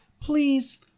Please